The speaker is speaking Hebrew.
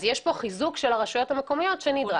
אז יש פה חיזוק של הרשויות המקומיות שנדרש.